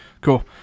Cool